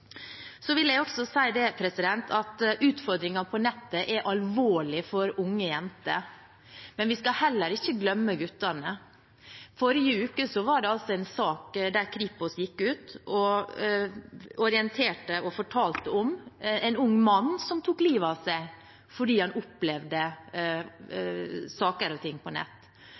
på nettet er alvorlig for unge jenter, men vi skal heller ikke glemme guttene. Forrige uke gikk Kripos ut og orienterte om en sak om en ung mann som tok livet av seg fordi han opplevde saker og ting på